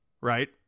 right